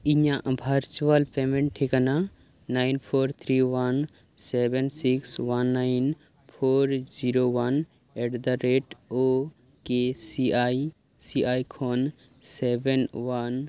ᱤᱧᱟᱜ virtual payment ᱴᱷᱤᱠᱟᱱᱟ nine four three one seven six one nine four zero one at the rate O K C I C I ᱠᱷᱚᱱ seven one